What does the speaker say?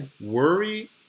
worry